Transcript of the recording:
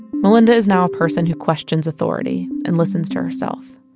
melynda is now a person who questions authority and listens to herself.